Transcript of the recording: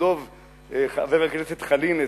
חברת הכנסת חנין,